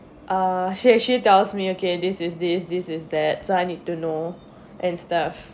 uh she actually tells me okay this is this this is that so I need to know and stuff